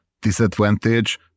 disadvantage